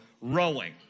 rowing